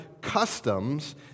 Customs